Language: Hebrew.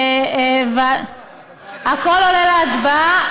הכול עולה להצבעה,